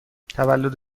تولد